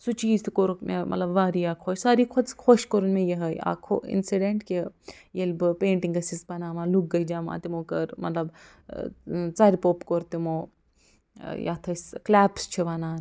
سُہ چیٖز تہِ کورُکھ مےٚ مطلب واریاہ خۄش سارِوٕے کھۄتہٕ خۄش کورُن مےٚ یِہَے اَکھ ہُہ اِنٛسیٖڈَنٛٹ کہِ ییٚلہِ بہٕ پینٛٹِنٛگ ٲسٕس بناوان لُکھ گٔے جمع تِمَو کٔر مطلب ژَرِ پوٚپ کوٚر تِمَو یَتھ أسۍ کٕلیپٕس چھِ وَنان